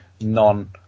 non